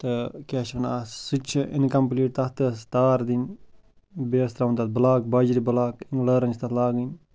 تہٕ کیٛاہ چھِ وَنان اَتھ سُہ تہِ چھُ اِنٛکَمپٕلیٖٹ تَتھ تہٕ ٲس تار دِنۍ بیٚیہِ ٲس ترٛاوٕنۍ تَتھ بٕلاک باجرِ بٕلاک اِنٛگلٲرٕن چھِ تَتھ لاگٕنۍ